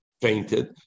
fainted